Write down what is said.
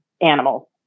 animals